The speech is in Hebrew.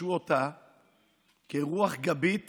שיפרשו אותה כרוח גבית